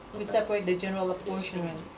we separate the general apportionment